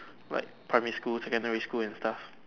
like primary school secondary school and stuff